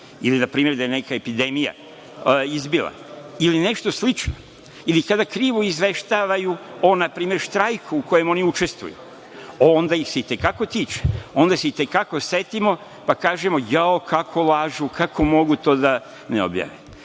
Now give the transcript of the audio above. ili npr. da je neka epidemija izbila, ili nešto slično, ili kada nešto krivo izveštavaju o npr. štrajku u kojem oni učestvuju, onda ih se i te kako tiče, onda se i te kako setimo pa kažemo, jao kako lažu, kako mobu to da ne objave. Hoću